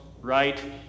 right